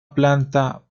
planta